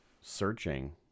searching